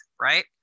right